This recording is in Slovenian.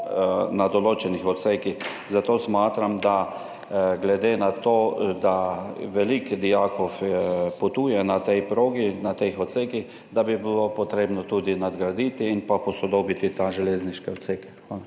na določenih odsekih. Zato smatram, glede na to, da veliko dijakov potuje na tej progi, na teh odsekih, da bi bilo treba tudi nadgraditi in posodobiti te železniške odseke.